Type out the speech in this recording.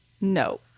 no